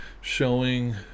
showing